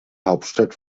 hauptstadt